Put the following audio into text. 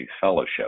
fellowship